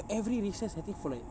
every recess I think for like